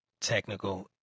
technical